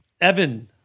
Evan